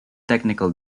technical